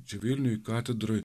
čia vilniuj katedroj